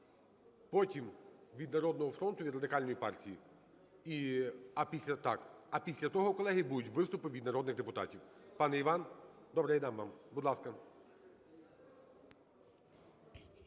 Потім від "Народного фронту", від Радикальної партії. А після того, колеги, будуть виступи від народних депутатів. Пане Іван, добрий день вам. Будь ласка.